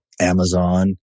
Amazon